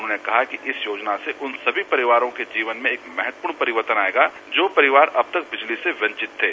उन्होंने कहा कि इस योजना से उन सभी परिवारों के जीवन में एक महत्वपूर्ण परिवर्तन आएगा जो परिवार अब तक बिजली से वंचित थे